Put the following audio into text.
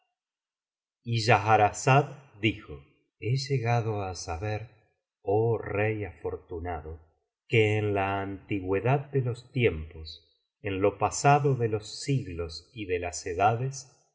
y schahrazada dijo he llegado á saber oh rey afortunado que en la antigüedad de los tiempos en lo pasado de los siglos y de las edades